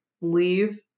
leave